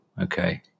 Okay